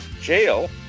Jail